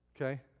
Okay